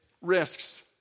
risks